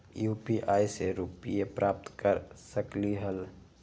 UPI से रुपए प्राप्त कर सकलीहल?